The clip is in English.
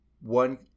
one